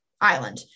Island